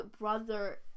Brother